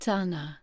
Tana